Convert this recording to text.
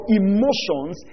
emotions